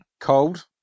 cold